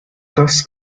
thus